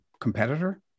competitor